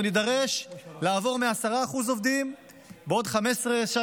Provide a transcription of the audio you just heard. אנחנו נידרש לעבור מ-10% עובדים בעוד 15,